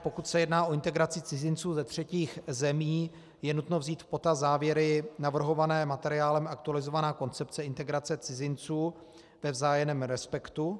Pokud se jedná o integraci cizinců ze třetích zemí, je nutno vzít v potaz závěry navrhované materiálem Aktualizovaná koncepce integrace cizinců ve vzájemném respektu.